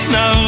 no